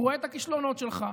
הוא רואה את הכישלונות שלך,